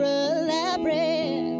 elaborate